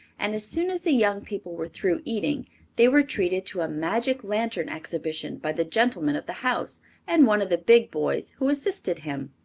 and as soon as the young people were through eating they were treated to a magic-lantern exhibition by the gentleman of the house and one of the big boys, who assisted him.